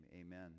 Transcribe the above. Amen